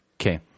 Okay